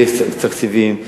העביר תקציבים,